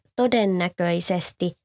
todennäköisesti